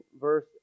verse